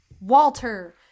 Walter